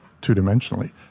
two-dimensionally